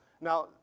Now